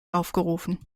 aufgerufen